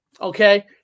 okay